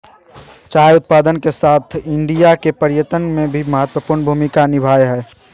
चाय उत्पादन के साथ साथ इंडिया के पर्यटन में भी महत्वपूर्ण भूमि निभाबय हइ